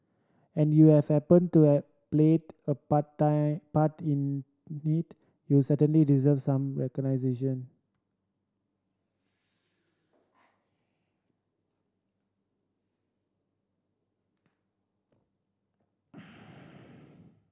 and you have happened to have played a part time part in it you certainly deserve some recognition